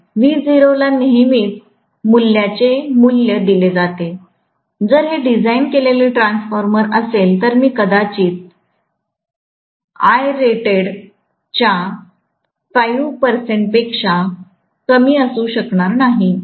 V0 ला नेहमीच मूल्याचे मूल्य दिले जाईल जर हे डिझाइन केलेले ट्रान्सफॉर्मर असेल तर मी कदाचित Irated च्या 5 टक्क्यांपेक्षा कमी असू शकणार नाही